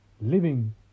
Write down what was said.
living